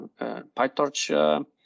PyTorch